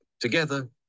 Together